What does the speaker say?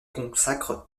consacre